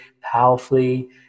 powerfully